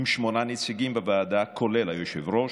שמונה נציגים בוועדה, כולל היושב-ראש,